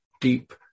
deep